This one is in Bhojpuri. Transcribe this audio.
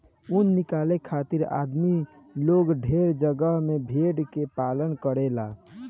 ऊन निकाले खातिर आदमी लोग ठंडा जगह में भेड़ के पालन करेलन